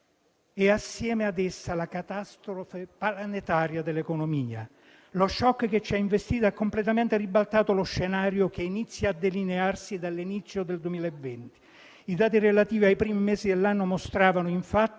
e, assieme ad essa, la catastrofe planetaria dell'economia. Lo *shock* che ci ha investito ha completamente ribaltato lo scenario che inizia a delinearsi dall'inizio del 2020. I dati relativi ai primi mesi dell'anno mostravano, infatti,